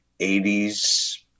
80s